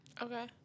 Okay